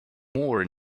more